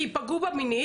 כי פגעו בה מינית,